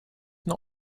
not